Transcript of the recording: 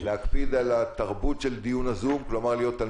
להקפיד על תרבות דיון ה-zoom כלומר להיות על